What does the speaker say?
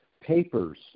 papers